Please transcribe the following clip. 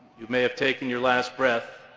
may have taken your last breath,